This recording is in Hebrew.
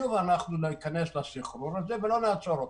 שוב אנחנו ניכנס לסחרור הזה ולא נעצור אותו.